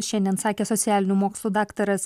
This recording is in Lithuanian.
šiandien sakė socialinių mokslų daktaras